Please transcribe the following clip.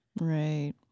Right